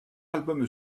album